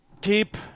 Keep